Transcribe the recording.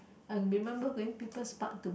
I remember going People's Park to buy